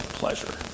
pleasure